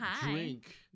Drink